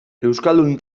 euskaldun